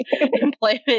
employment